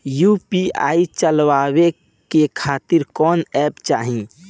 UPI चलवाए के खातिर कौन एप चाहीं?